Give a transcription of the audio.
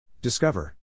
Discover